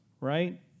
Right